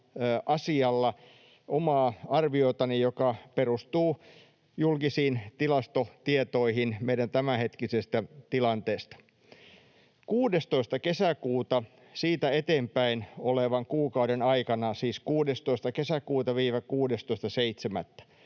omaa arviotani, joka perustuu julkisiin tilastotietoihin meidän tämänhetkisestä tilanteestamme. 16. kesäkuuta eteenpäin olevan kuukauden aikana, siis 16. kesäkuuta —